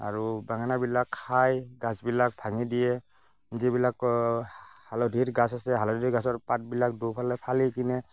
আৰু বেঙেনাবিলাক খাই গছবিলাক ভাঙি দিয়ে যিবিলাকৰ হালধিৰ গছ আছে হালধি গছৰ পাতবিলাক দুইফালে ফালি কিনে